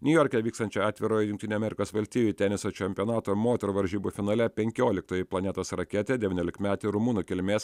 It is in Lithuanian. niujorke vykstančio atvirojo jungtinių amerikos valstijų teniso čempionato moterų varžybų finale penkioliktoji planetos raketė devyniolikmetė rumunų kilmės